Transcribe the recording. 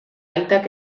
aitak